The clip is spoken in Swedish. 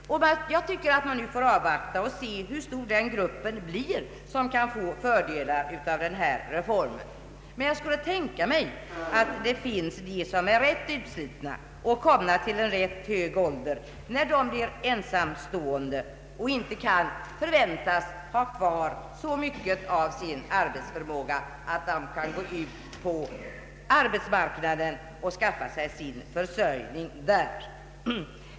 Jag tycker att vi får avvakta och se hur stor den grupp blir som kan få fördelar av den föreslagna reformen. Men jag skulle kunna tänka mig att det finns hemmadöttrar som är ganska utslitna och komna till en tämligen hög ålder när de blir ensamstående och då inte kan förväntas ha kvar så mycket av sin arbetsförmåga att de kan gå ut på arbetsmarknaden och skaffa sig sin försörjning där.